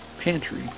pantry